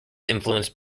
influenced